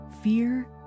fear